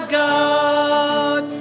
god